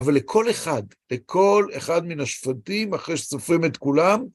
אבל לכל אחד, לכל אחד מן השבטים, אחרי שסופרים את כולם,